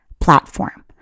platform